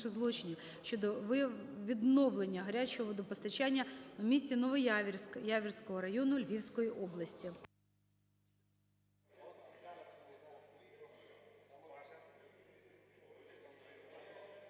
щодо відновлення гарячого водопостачання у місті Новояворівськ Яворівського району Львівської області.